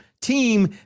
team